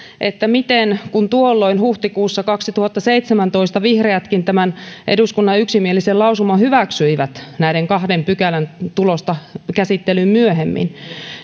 kun tuolloin huhtikuussa kaksituhattaseitsemäntoista vihreätkin tämän eduskunnan yksimielisen lausuman hyväksyivät näiden kahden pykälän tulosta käsittelyyn myöhemmin